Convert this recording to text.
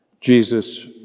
Jesus